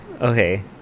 okay